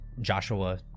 Joshua